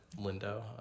Lindo